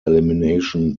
elimination